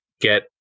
get